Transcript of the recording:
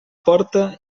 porta